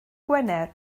gwener